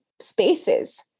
spaces